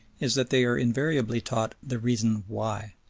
is that they are invariably taught the reason why.